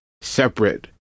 separate